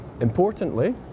importantly